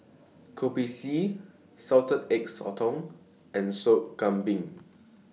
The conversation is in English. Kopi C Salted Egg Sotong and Sop Kambing